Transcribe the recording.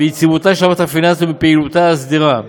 ביציבותה של המערכת הפיננסית ובפעילותה הסדירה,